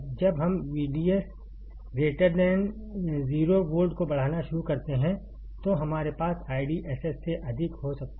जब हम VDS 0 volt को बढ़ाना शुरू करते हैं तो हमारे पास IDSS से अधिक हो सकता है